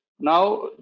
now